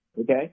Okay